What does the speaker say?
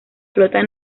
flota